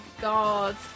god